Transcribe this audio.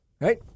Right